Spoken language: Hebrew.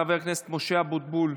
חבר הכנסת משה אבוטבול,